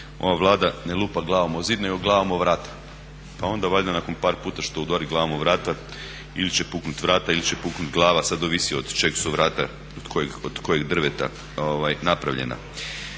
ova Vlada ne lupa glavom o zid nego glavom o vrata. Pa onda valjda nakon par puta što udari glavom o vrata ili će puknuti vrata ili će puknuti glava, sad ovisi od čeg su vrata od kojeg drveta napravljena.